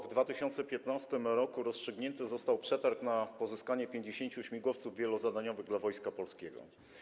W 2015 r. rozstrzygnięty został przetarg na pozyskanie 50 śmigłowców wielozadaniowych dla Wojska Polskiego.